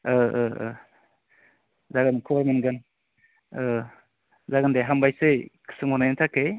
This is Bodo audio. अ अ जागोन खबर मोनगोन जागोन दे हामबायसै सोंहरनायनि थाखाय